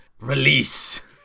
release